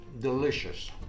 delicious